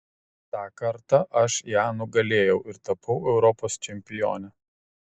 tą kartą aš ją nugalėjau ir tapau europos čempione